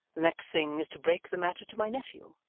next thing is to break the matter to my nephew,